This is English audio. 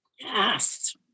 Yes